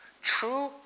true